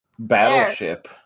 Battleship